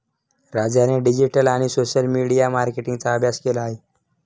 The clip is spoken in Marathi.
राजाने डिजिटल आणि सोशल मीडिया मार्केटिंगचा अभ्यास केला आहे